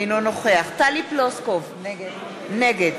אינו נוכח טלי פלוסקוב, נגד